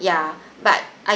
ya but I